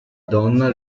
donna